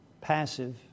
Passive